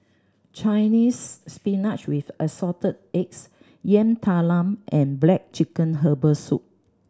Chinese Spinach with Assorted Eggs Yam Talam and black chicken herbal soup